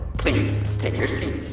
please take your seats